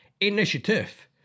initiative